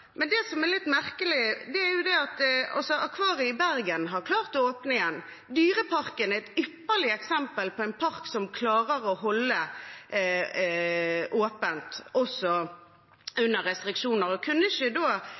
Det som er litt merkelig, er at Akvariet i Bergen har klart å åpne igjen. Dyreparken er et ypperlig eksempel på en park som klarer å holde åpent også